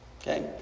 Okay